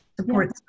support